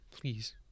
Please